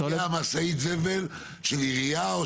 מגיעה משאית זבל של עירייה?